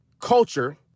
culture